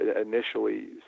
initially